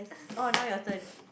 oh now your turn